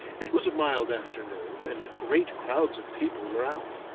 it was a mild afternoon and great crowds of people were out.